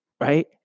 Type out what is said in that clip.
right